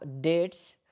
dates